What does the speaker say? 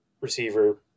receiver